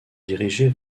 diriger